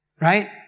right